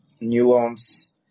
nuance